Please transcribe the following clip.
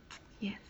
yes